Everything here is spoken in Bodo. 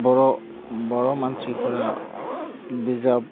बर' बर' मानसिफोरा बिजाब